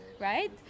right